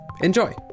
Enjoy